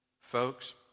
Folks